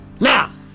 Now